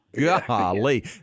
Golly